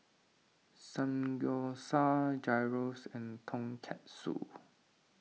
Samgyeopsal Gyros and Tonkatsu